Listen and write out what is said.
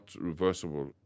reversible